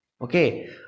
Okay